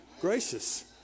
Gracious